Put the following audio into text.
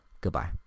goodbye